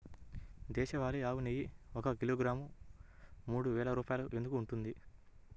దేశవాళీ ఆవు నెయ్యి ఒక కిలోగ్రాము మూడు వేలు రూపాయలు ఎందుకు ఉంటుంది?